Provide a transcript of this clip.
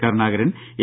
Karunakaran A